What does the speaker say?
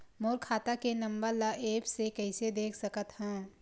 मोर खाता के नंबर ल एप्प से कइसे देख सकत हव?